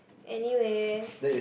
anyway